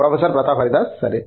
professor Pratap Haridas సరే